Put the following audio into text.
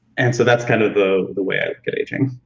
and so that's kind of the the way i'm engaging.